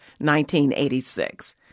1986